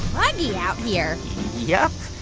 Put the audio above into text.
muggy out here yep.